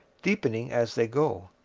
deepening as they go,